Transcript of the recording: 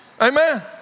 Amen